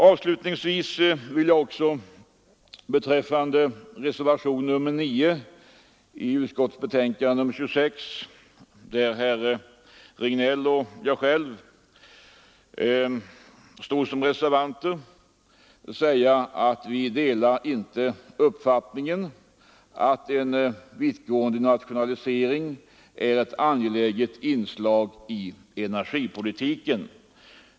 Avslutningsvis vill jag beträffande reservationen 9 till näringsutskottets betänkande nr 26, som är avgiven av herr Regnéll och mig själv, säga att vi inte delar uppfattningen att en vittgående nationalisering är ett angeläget inslag i energipolitiken.